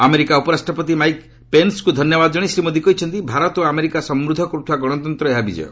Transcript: America ଉପରାଷ୍ଟ୍ରପତି Mike ପେନ୍ସଙ୍କୁ ଧନ୍ୟବାଦ ଜଣାଇ ଶ୍ରୀ ମୋଦି କହିଛନ୍ତି ଭାରତ ଓ ଆମେରିକା ସମୃଦ୍ଧ କରୁଥିବା ଗଣତନ୍ତ୍ରର ଏହା ବିଜୟ